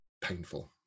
painful